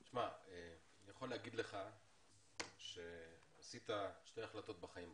אני יכול להגיד לך שעשית שתי החלטות בחיים,